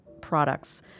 products